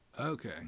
Okay